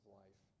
life